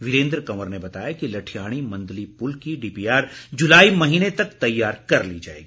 वीरेन्द्र कंवर ने बताया कि लठियाणी मंदली पुल की डीपीआर जुलाई महीने तक तैयार कर ली जाएगी